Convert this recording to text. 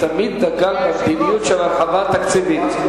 תמיד דגל במדיניות של הרחבה תקציבית.